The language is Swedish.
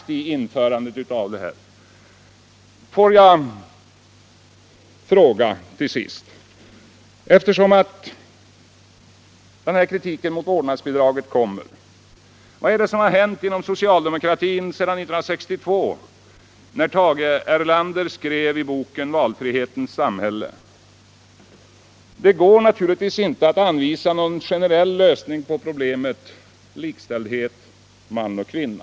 Med anledning av kritiken mot det vårdnadsbidrag som vi har föreslagit vill jag fråga: Vad är det som har hänt inom socialdemokratin sedan år 1962, när Tage Erlander i boken Valfrihetens samhälle bl.a. framhöll att det naturligtvis inte går att anvisa någon generell lösning på problemet likställdhet man och kvinna.